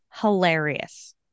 hilarious